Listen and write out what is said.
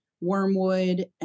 wormwood